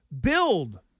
build